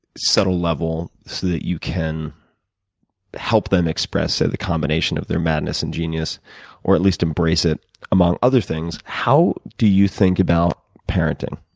subtle level so that you can help them express so the combination of their madness and genius or at least embrace it among other things. how do you think about parenting?